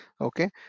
Okay